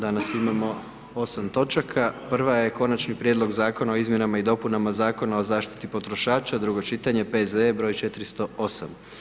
Danas imamo 8 točaka, prva je: - Konačni prijedlog Zakona o izmjenama i dopunama Zakona o zaštiti potrošača, drugo čitanje, P.Z.E. br. 408.